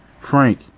Frank